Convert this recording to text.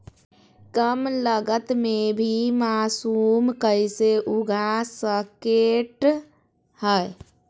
कम लगत मे भी मासूम कैसे उगा स्केट है?